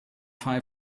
five